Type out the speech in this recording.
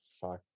fuck